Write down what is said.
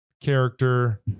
character